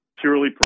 purely